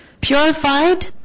Purified